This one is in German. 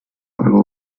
euro